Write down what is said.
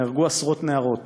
נהרגו עשרות נערות